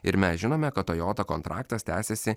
ir mes žinome kad tojota kontraktas tęsiasi